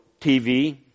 TV